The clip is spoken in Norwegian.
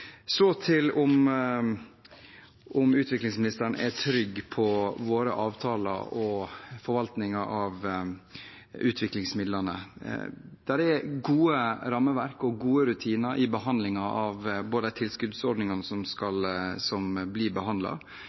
Så til om utviklingsministeren er trygg på våre avtaler og forvaltningen av utviklingsmidlene. Det er gode rammeverk og gode rutiner for de tilskuddsordningene som blir